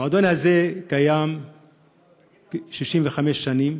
המועדון הזה קיים 65 שנים,